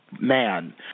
Man